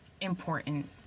important